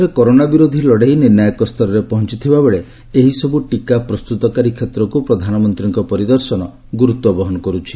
ଦେଶରେ କରୋନା ବିରୋଧୀ ଲଢ଼େଇ ନିର୍ଷାୟକ ସ୍ତରରେ ପହଞ୍ଚଥିବାବେଳେ ଏହିସବୁ ଟୀକା ପ୍ରସ୍ତୁତକାରୀ କ୍ଷେତ୍ରକୁ ପ୍ରଧାନମନ୍ତ୍ରୀଙ୍କ ପରିଦର୍ଶନ ଗୁରୁତ୍ୱ ବହନ କରୁଛି